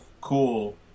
cool